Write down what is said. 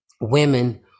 women